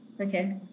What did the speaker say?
Okay